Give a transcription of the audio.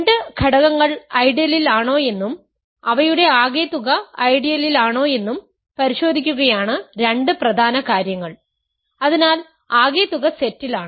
രണ്ട് ഘടകങ്ങൾ ഐഡിയലിലാണോയെന്നും അവയുടെ ആകെത്തുക ഐഡിയലിലാണോയെന്നും പരിശോധിക്കുകയാണ് 2 പ്രധാന കാര്യങ്ങൾ അതിനാൽ ആകെ തുക സെറ്റിലാണ്